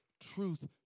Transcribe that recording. truth